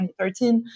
2013